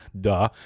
Duh